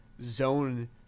zone